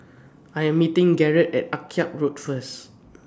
I Am meeting Garett At Akyab Road First